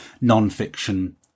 non-fiction